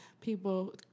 people